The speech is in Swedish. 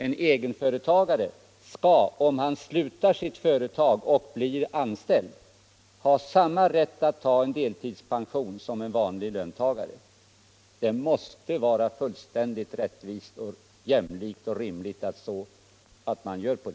En egenföretagare skall, om han slutar som företagare och blir anställd, ha samma rätt att ta deltidspension som en vanlig löntagare. Det måste vara fullständigt rättvist och jämlikt och rimligt att tillämpa den principen.